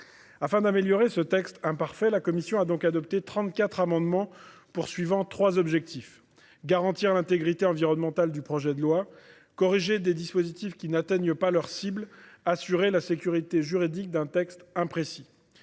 Afin d'améliorer ce texte imparfait, notre commission a donc adopté 34 amendements dans un triple objectif : garantir l'intégrité environnementale du projet de loi, corriger des dispositifs qui n'atteignent pas leur cible, enfin, assurer la sécurité juridique d'un texte imprécis.